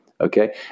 Okay